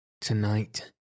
tonight